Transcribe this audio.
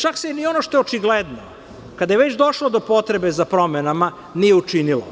Čak se ni ono što je očigledno, kada je već došlo do promena nije učinilo,